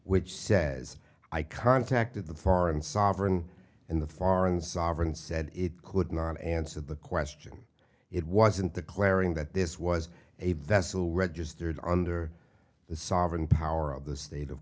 which says i contacted the foreign sovereign in the foreign sovereign said it could not answer the question it wasn't the collaring that this was a vessel registered under the sovereign power of the state of